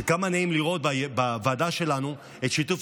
וכמה נעים לראות בוועדה שלנו את שיתוף